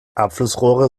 abflussrohre